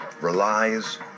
Relies